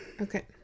Okay